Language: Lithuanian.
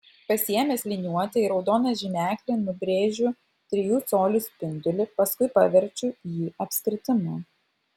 pasiėmęs liniuotę ir raudoną žymeklį nubrėžiu trijų colių spindulį paskui paverčiu jį apskritimu